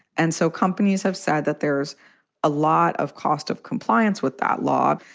and so companies have said that there's a lot of cost of compliance with that law.